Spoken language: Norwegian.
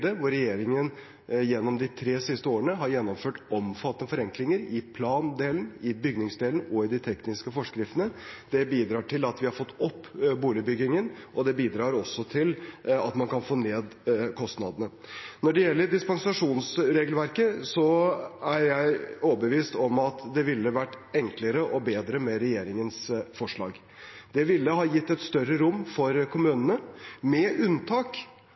hvor regjeringen gjennom de tre siste årene har gjennomført omfattende forenklinger i plandelen, i bygningsdelen og i de tekniske forskriftene. Det bidrar til at vi har fått opp boligbyggingen, og det bidrar også til at man kan få ned kostnadene. Når det gjelder dispensasjonsregelverket, er jeg overbevist om at det ville vært enklere og bedre med regjeringens forslag. Det ville ha gitt et større rom for kommunene, med unntak